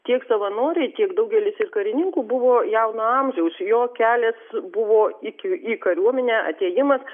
tiek savanoriai tiek daugelis ir karininkų buvo jauno amžiaus jo kelias buvo iki į kariuomenę atėjimas